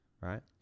right